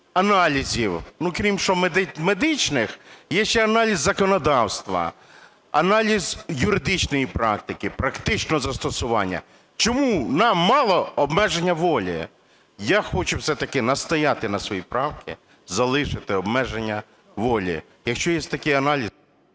аналізів? Ну, крім що медичних, є ще аналіз законодавства, аналіз юридичної практики, практичного застосування. Чому нам мало обмеження волі? Я хочу все-таки настояти на своїй правці, залишити обмеження волі. Якщо є такий аналіз...